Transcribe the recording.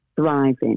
thriving